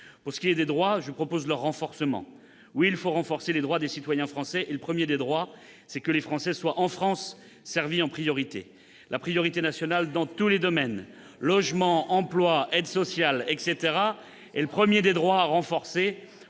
Pour ce qui est des droits, je propose leur renforcement ! Oui, il faut renforcer les droits des citoyens français, et le premier de ces droits, c'est que les Français soient, en France, servis en priorité ! C'est scandaleux ! La priorité nationale, dans tous les domaines- logement, emploi, aides sociales, etc. -, est le premier des droits qu'il faut renforcer